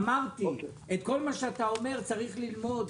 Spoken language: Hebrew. אמרתי את כל מה שאתה אומר צריך ללמוד,